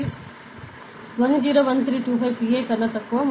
ఇది 101325 Pa కన్నా తక్కువ